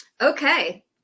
Okay